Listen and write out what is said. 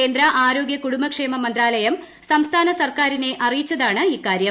കേന്ദ്ര ആരോഗ്യ കുടുംബക്ഷേമ മന്ത്രാലയം സംസ്ഥാന സർക്കാരിനെ അറിയിച്ചതാണ് ഇക്കാര്യം